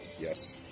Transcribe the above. Yes